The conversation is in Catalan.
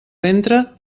ventre